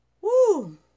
Woo